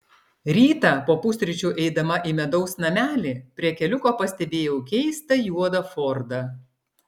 rytą po pusryčių eidama į medaus namelį prie keliuko pastebėjau keistą juodą fordą